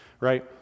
right